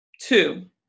two